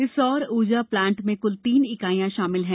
इस सौर ऊर्जा प्लांट में कुल तीन इकाइयां शामिल हैं